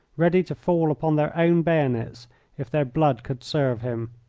ready to fall upon their own bayonets if their blood could serve him.